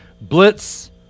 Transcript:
Blitz